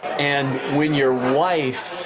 and when your wife